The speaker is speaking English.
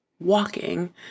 walking